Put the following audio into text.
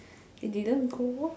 you didn't go